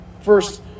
First